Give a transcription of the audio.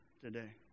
today